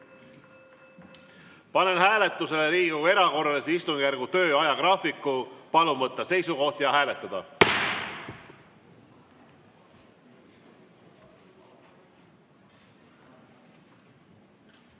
hääletusele Riigikogu erakorralise istungjärgu töö ajagraafiku. Palun võtta seisukoht ja hääletada!